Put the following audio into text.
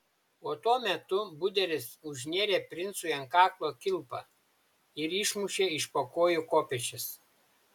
o tuo metu budelis užnėrė princui ant kaklo kilpą ir išmušė iš po kojų kopėčias